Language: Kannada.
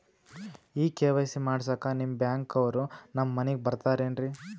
ಈ ಕೆ.ವೈ.ಸಿ ಮಾಡಸಕ್ಕ ನಿಮ ಬ್ಯಾಂಕ ಅವ್ರು ನಮ್ ಮನಿಗ ಬರತಾರೆನ್ರಿ?